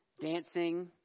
dancing